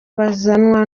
bazanwa